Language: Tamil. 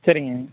சரிங்க